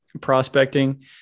prospecting